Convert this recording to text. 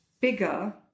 bigger